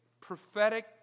prophetic